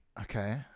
Okay